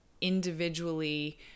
individually